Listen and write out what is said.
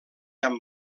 amb